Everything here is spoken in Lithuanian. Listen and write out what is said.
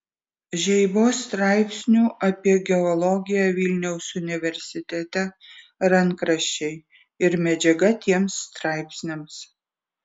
žeibos straipsnių apie geologiją vilniaus universitete rankraščiai ir medžiaga tiems straipsniams